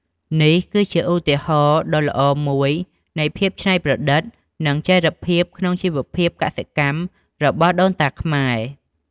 នេះគឺជាឧទាហរណ៍ដ៏ល្អមួយនៃភាពច្នៃប្រឌិត និងចីរភាពក្នុងជីវភាពកសិកម្មរបស់ដូនតាខ្មែរ។